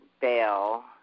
bail